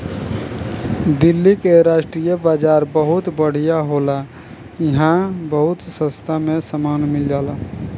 दिल्ली के स्ट्रीट बाजार बहुत बढ़िया होला इहां बहुत सास्ता में सामान मिल जाला